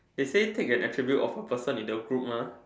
they say take an attribute of a person in the group mah